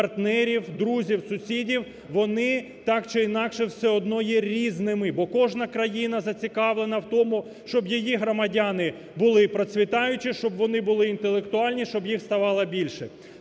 країн-партнерів, друзів, сусідів вони так чи інакше вони є все-одно є різними. Бо кожна країна зацікавлена в тому, щоб її громадяни були процвітаючі, щоб вони були інтелектуальні, щоб їх ставало більше.